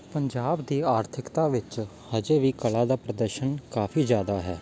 ਪੰਜਾਬ ਦੀ ਆਰਥਿਕਤਾ ਵਿੱਚ ਅਜੇ ਵੀ ਕਲਾ ਦਾ ਪ੍ਰਦਰਸ਼ਨ ਕਾਫ਼ੀ ਜ਼ਿਆਦਾ ਹੈ